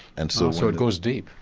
and so so it goes deep?